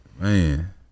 Man